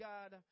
God